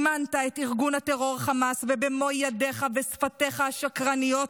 מימנת את ארגון הטרור חמאס ובמו ידיך ושפתיך השקרניות